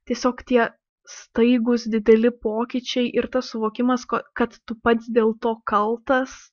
tiesiog tie staigūs dideli pokyčiai ir tas suvokimas kad tu pats dėl to kaltas